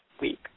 week